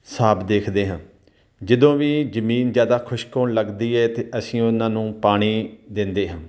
ਹਿਸਾਬ ਦੇਖਦੇ ਹਾਂ ਜਦੋਂ ਵੀ ਜ਼ਮੀਨ ਜ਼ਿਆਦਾ ਖੁਸ਼ਕ ਹੋਣ ਲੱਗਦੀ ਹੈ ਤਾਂ ਅਸੀਂ ਉਹਨਾਂ ਨੂੰ ਪਾਣੀ ਦਿੰਦੇ ਹਾਂ